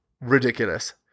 ridiculous